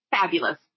fabulous